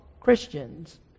Christians